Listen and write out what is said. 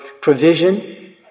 provision